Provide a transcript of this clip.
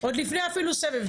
עוד לפני אפילו סבב,